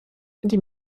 die